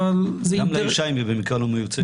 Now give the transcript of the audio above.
אבל זה אינטרס --- גם לאישה אם במקרה היא לא מיוצגת.